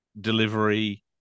delivery